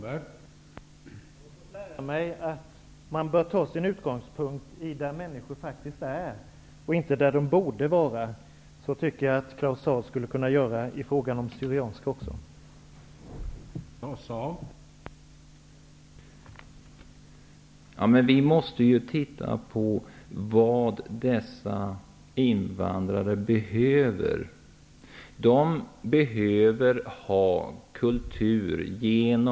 Herr talman! Jag har fått lära mig att man bör utgå från hur människor faktiskt är och inte vad de borde vara. Jag tycker att även Claus Zaar skulle kunna göra det i fråga om det syrianska språket.